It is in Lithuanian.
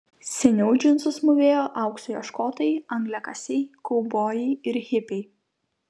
seniau džinsus mūvėjo aukso ieškotojai angliakasiai kaubojai ir hipiai